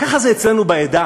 ככה זה אצלנו בעדה